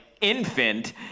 infant